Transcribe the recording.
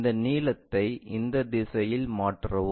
இந்த நீளத்தை இந்த திசையில் மாற்றவும்